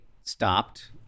stopped